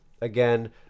again